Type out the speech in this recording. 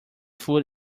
food